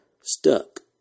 stuck